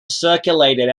circulated